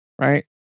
right